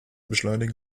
beschleunigen